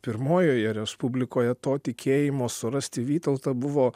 pirmojoje respublikoje to tikėjimo surasti vytautą buvo